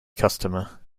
customer